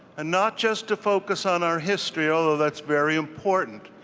and not just to focus on our history, although that's very important.